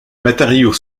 matériau